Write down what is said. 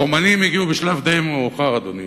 הרומנים הגיעו בשלב די מאוחר, אדוני.